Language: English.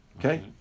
Okay